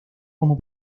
como